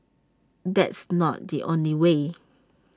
that's not the only way